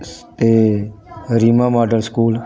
ਅਤੇ Reema model school